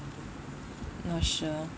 not sure